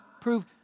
prove